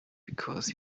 because